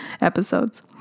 episodes